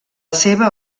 seva